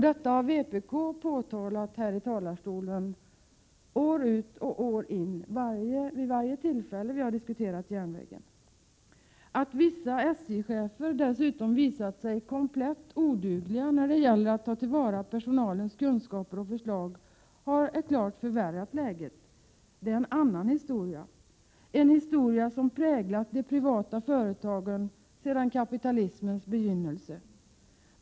Detta har vpk påtalat här i talarstolen år ut och år in vid varje tillfälle som järnvägen har diskuterats. Att vissa SJ-chefen dessutom har visat sig komplett odugliga när det gäller att ta till vara personalens kunskaper och förslag har klart förvärrat läget, men det är en annan historia — en historia som präglat de privata företagen sedan kapitalismens begynnelse.